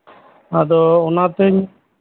ᱟᱫᱚ ᱚᱱᱟᱛᱤᱧ